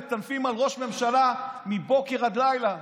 מטנפים על ראש הממשלה מבוקר עד לילה.